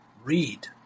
read